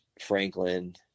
Franklin